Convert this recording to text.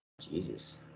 Jesus